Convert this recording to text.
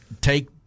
take